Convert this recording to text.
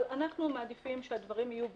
אבל אנחנו מעדיפים שהדברים יהיו ברורים,